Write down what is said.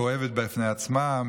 הכואבת בפני עצמה,